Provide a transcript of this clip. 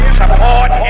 support